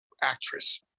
actress